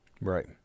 Right